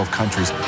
countries